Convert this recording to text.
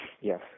Yes